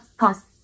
pause